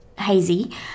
hazy